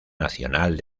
nacional